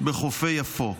בחופי יפו.